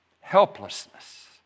helplessness